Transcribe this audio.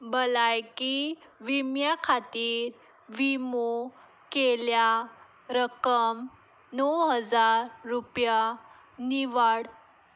भलायकी विम्या खातीर विमो केल्या रक्कम णव हजार रुपया निवाड